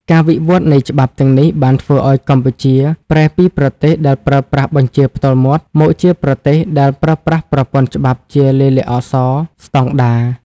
ការវិវត្តនៃច្បាប់ទាំងនេះបានធ្វើឱ្យកម្ពុជាប្រែពីប្រទេសដែលប្រើប្រាស់បញ្ជាផ្ទាល់មាត់ មកជាប្រទេសដែលប្រើប្រាស់ប្រព័ន្ធច្បាប់ជាលាយលក្ខណ៍អក្សរស្ដង់ដារ។